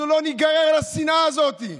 אנחנו לא ניגרר לשנאה הזאת.